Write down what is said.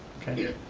okay.